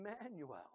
Emmanuel